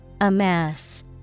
Amass